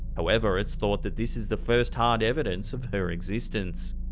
however it's thought that this is the first hard evidence of her existence.